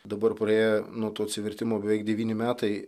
dabar praėję nuo to atsivertimo beveik devyni metai